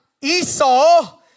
Esau